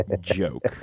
joke